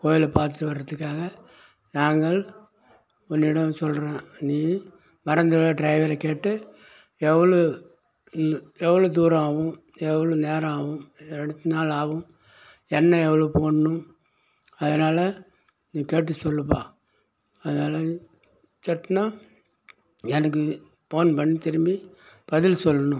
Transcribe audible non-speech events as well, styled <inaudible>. கோவில பார்த்துட்டு வர்றதுக்காக நாங்கள் உன்னிடம் சொல்றேன் நீ மறந்திடுவ ட்ரைவரை கேட்டு எவ்வளோ எவ்வளோ தூரம் ஆகும் எவ்வளோ நேரம் ஆகும் <unintelligible> நாள் ஆகும் எண்ணெய் எவ்வளோ போடணும் அதனால் நீ கேட்டு சொல்லுப்பா அதனால சட்டுனா எனக்கு ஃபோன் பண்ணி திரும்பி பதில் சொல்லணும்